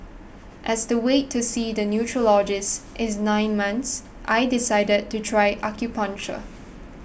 as the wait to see the neurologist is nine months I decided to try acupuncture